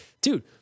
dude